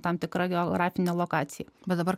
tam tikra geografine lokacija bet dabar